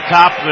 top